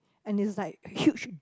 and it's like huge